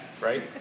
right